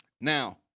Now